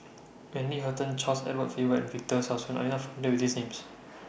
Wendy Hutton Charles Edward Faber and Victor Sassoon Are YOU not familiar with These Names